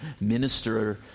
minister